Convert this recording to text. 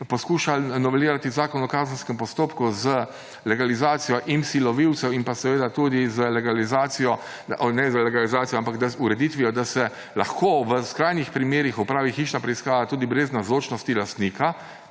poskušali novelirati Zakon o kazenskem postopku z legalizacijo IMSI lovilcev in tudi z legalizacijo, ne z legalizacijo – ampak z ureditvijo, da se lahko v skrajnih primerih opravi hišna preiskava tudi brez navzočnosti lastnika,